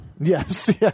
Yes